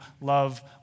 love